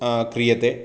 क्रियते